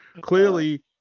clearly